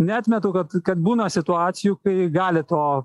neatmetu kad kad būna situacijų kai gali to